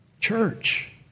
Church